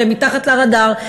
והם מתחת לרדאר.